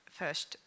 first